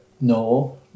No